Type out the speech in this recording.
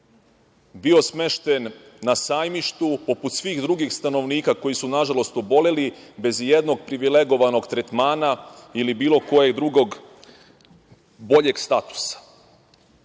bio smešten na sajmištu, poput svih drugih stanovnika, koji su nažalost oboleli, bez ijednog privilegovanog tretmana ili bilo kojeg drugog boljeg statusa.Međutim,